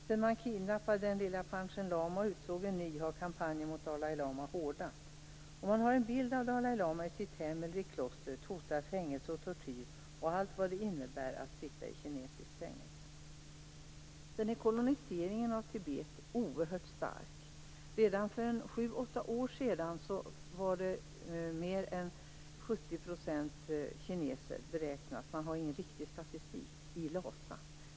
Sedan man kidnappade den lille Panchem lama och utsåg en ny har kampen mot Dalai lama hårdnat. Om man har en bild av Dalai lama i sitt hem eller i klostret hotar fängelse och tortyr - med allt vad det innebär att sitta i kinesiskt fängelse. Koloniseringen av Tibet är oerhört stark. Redan för sju åtta år sedan beräknades andelen kineser i Lhasa, men inte i hela Tibet, vara mer än 70 %.